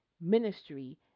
ministry